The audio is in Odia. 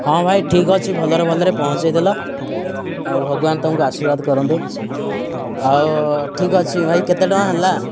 ହଁ ଭାଇ ଠିକ ଅଛି ଭଲରେ ଭଲରେ ପହଞ୍ଚାଇ ଦେଲ ଆଉ ଭଗବାନ ତୁମକୁ ଆଶୀର୍ବାଦ କରନ୍ତୁ ଆଉ ଠିକ ଅଛି ଭାଇ କେତେ ଟଙ୍କା ହେଲା